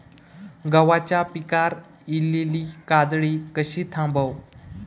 गव्हाच्या पिकार इलीली काजळी कशी थांबव?